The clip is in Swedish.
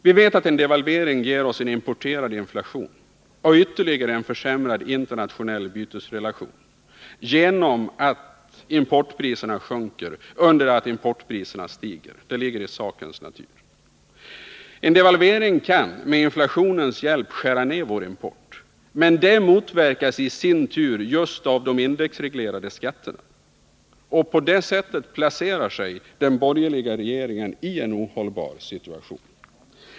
Vi vet att en devalvering ger oss en importerad inflation och en ytterligare försämrad internationell bytesrelation på grund av att exportpriserna sjunker under det att importpriserna stiger. Det ligger i sakens natur. En devalvering kan med inflationens hjälp skära ned vår import, men det motverkas i sin tur just av de indexreglerade skatterna. På detta sätt placerar sig den borgerliga regeringen i en ohållbar situation.